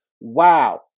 Wow